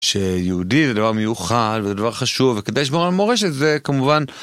ש... יהודי זה דבר מיוחד וזה דבר חשוב, וכדי לשמור על מורשת זה כמובן.